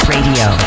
Radio